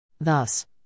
Thus